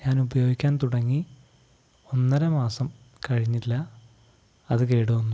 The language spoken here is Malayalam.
ഞാൻ ഉപയോഗിക്കാൻ തുടങ്ങി ഒന്നര മാസം കഴിഞ്ഞില്ല അതു കേടുവന്നു